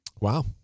Wow